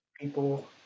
people